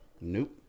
Nope